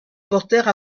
portèrent